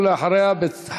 ואחריה,